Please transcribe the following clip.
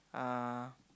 uh